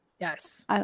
Yes